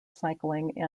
cycling